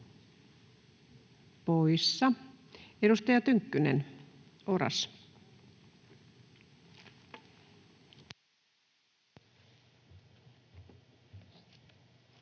poissa. — Edustaja Tynkkynen, Oras.